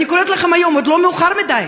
אני קוראת לכם היום, עוד לא מאוחר מדי: